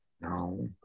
No